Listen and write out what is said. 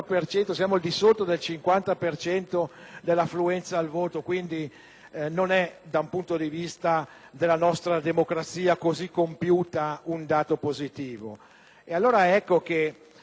questo, dal punto di vista della nostra democrazia così compiuta, non è un dato positivo. E allora - mi rivolgo a quelle istituzioni che non sempre sono vicine al cittadino